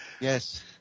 Yes